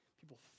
people